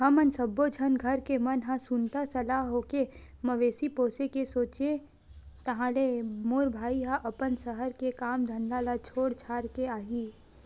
हमन सब्बो झन घर के मन ह सुनता सलाह होके मवेशी पोसे के सोचेन ताहले मोर भाई ह अपन सहर के काम धंधा ल छोड़ छाड़ के आही